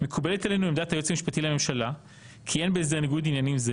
"מקובלת עלינו עמדת היועץ המשפטי לממשלה כי אין בהסדר ניגוד עניינים זה